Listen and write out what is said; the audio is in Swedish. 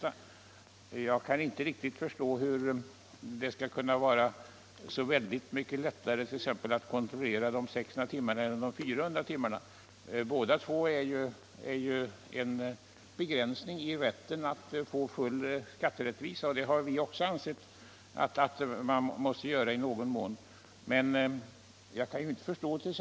Sedan kan jag inte förstå hur det kan vara så mycket lättare att kontrollera de 600 än de 400 timmarna. I båda fallen är det ju fråga om en begränsning 45 i rätten att få full skatterättvisa. Också vi anser att man måste göra en begränsning i någon mån.